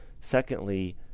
secondly